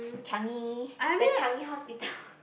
Changi the Changi Hospital